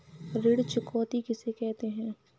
ऋण चुकौती किसे कहते हैं?